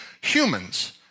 humans